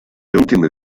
ultime